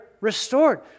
restored